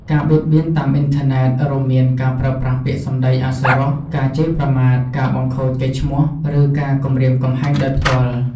ការបៀតបៀនតាមអ៊ីនធឺណិត រួមមានការប្រើប្រាស់ពាក្យសម្ដីអសុរោះ ការជេរប្រមាថ ការបង្ខូចកេរ្តិ៍ឈ្មោះ ឬការគំរាមកំហែងដោយផ្ទាល់។